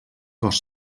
cos